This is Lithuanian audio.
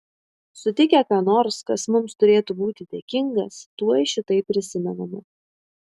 sutikę ką nors kas mums turėtų būti dėkingas tuoj šitai prisimename